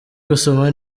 gusoma